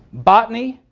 botany,